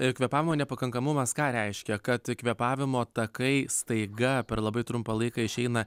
ir kvėpavimo nepakankamumas ką reiškia kad kvėpavimo takai staiga per labai trumpą laiką išeina